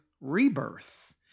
rebirth